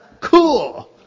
cool